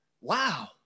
Wow